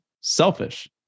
selfish